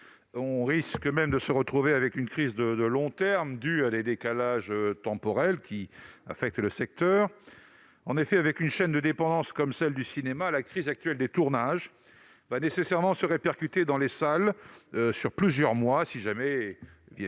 Il risque même de se retrouver face à une crise de long terme due à des décalages temporels. Avec une chaîne de dépendance comme celle du cinéma, la crise actuelle des tournages va nécessairement se répercuter dans les salles sur plusieurs mois, si tant